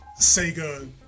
Sega